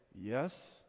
yes